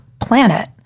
planet